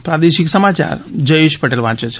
પ્રાદેશિક સમાચાર જયેશ પટેલ વાંચે છે